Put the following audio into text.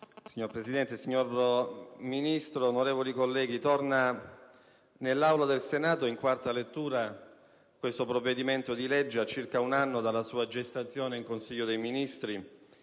Signora Presidente, signor Ministro, onorevoli colleghi, torna nell'Aula del Senato, in quarta lettura, questo provvedimento a circa un anno dalla sua adozione in Consiglio dei ministri